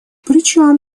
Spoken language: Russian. причем